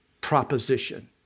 proposition